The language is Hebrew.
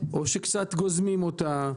או שקצת גוזמים אותה.